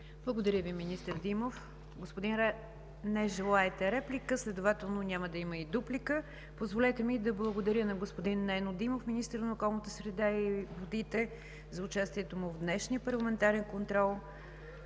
Благодаря Ви, министър Димов. Господин Райков, не желаете реплика, следователно няма да има и дуплика. Позволете ми да благодаря на господин Нено Димов – министър на околната среда и водите, за участието му в днешния парламентарен контрол.